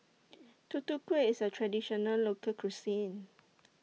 Tutu Kueh IS A Traditional Local Cuisine